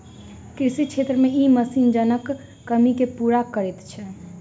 कृषि क्षेत्र मे ई मशीन जनक कमी के पूरा करैत छै